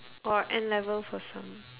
or N-level for some